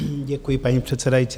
Děkuji, paní předsedající.